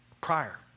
prior